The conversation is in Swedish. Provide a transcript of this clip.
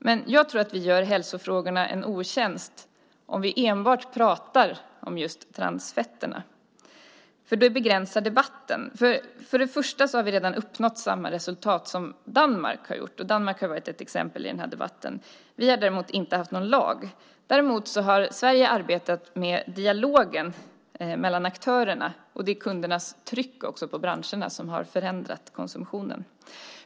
Jag tror dock att vi gör hälsofrågorna en otjänst om vi enbart pratar om och begränsar debatten till just transfetterna. För det första har vi redan uppnått samma resultat som Danmark har gjort - Danmark har ju varit ett exempel i den här debatten. Vi har däremot inte haft någon lag. I stället har Sverige arbetat med dialog mellan aktörerna, och det är den och kundernas tryck på branscherna som har förändrat konsumtionen.